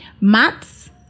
maths